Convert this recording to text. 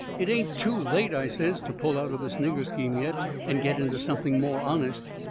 it ain't too late, i says, to pull out of this nigger scheme yet and get into something more honest.